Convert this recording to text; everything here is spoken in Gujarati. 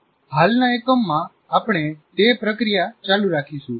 હાલના એકમમાં આપણે તે પ્રક્રિયા ચાલુ રાખીશું